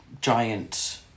giant